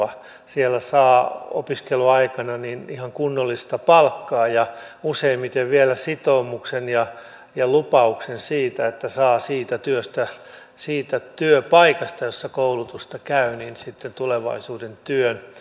siellä saa opiskeluaikana ihan kunnollista palkkaa ja useimmiten vielä sitoumuksen ja lupauksen siitä että saa siitä työpaikasta jossa koulutusta käy sitten tulevaisuuden työn